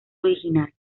original